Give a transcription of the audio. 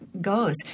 goes